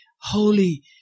holy